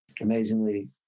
amazingly